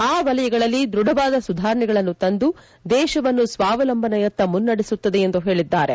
ಆ ವಲಯಗಳಲ್ಲಿ ದೃಢವಾದ ಸುಧಾರಣೆಗಳನ್ನು ತಂದು ದೇಶವನ್ನು ಸ್ವಾವಲಂಬನೆಯತ್ತ ಮುನ್ನಡೆಸುತ್ತವೆ ಎಂದು ಹೇಳಿದ್ದಾರೆ